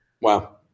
Wow